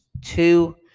two